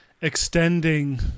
extending